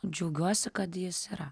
džiaugiuosi kad jis yra